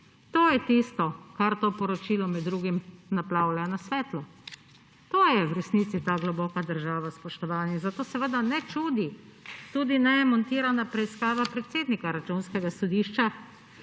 To je tisto, kar to poročilo med drugim naplavlja na svetlo. To je v resnici ta globoka država, spoštovani. Zato seveda ne čudi niti montirana preiskava predsednika Računskega sodišča,